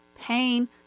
pain